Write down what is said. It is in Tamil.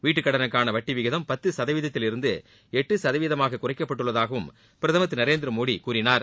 வீட்டுக் கடறைக்கான வட்டி விகிதம் பத்து தேவீதத்தில் இருந்து எட்டு சதவீதமாக குறைக்கப்பட்டுள்ளதாகவும் பிரதமர் திரு நரேந்திரமோடி கூறினார்